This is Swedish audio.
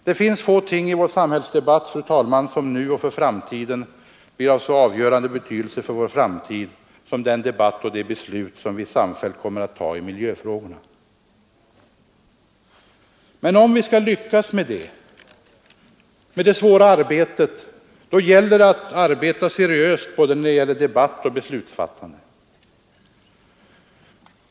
Det finns få ting i vår samhällsdebatt, fru talman, som nu och för framtiden blir av så avgörande betydelse som den debatt vi kommer att föra och de beslut vi samfällt kommer att fatta i miljöfrågorna. Men om vi skall lyckas med den svåra uppgiften måste vi arbeta seriöst när det gäller både debatten och beslutsfattandet.